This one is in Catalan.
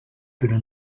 però